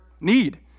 need